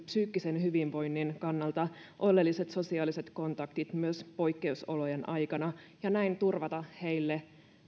psyykkisen hyvinvoinnin kannalta oleelliset sosiaaliset kontaktit myös poikkeusolojen aikana ja näin turvata heille